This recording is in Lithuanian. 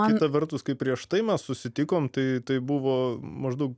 kita vertus kai prieš tai mes susitikom tai tai buvo maždaug